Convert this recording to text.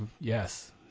Yes